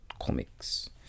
comics